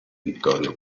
vittorio